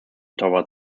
toward